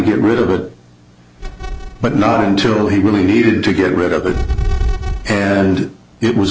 get rid of it but not until he really needed to get rid of it and it was